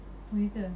oh ye ke